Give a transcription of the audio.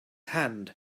hand